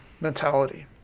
mentality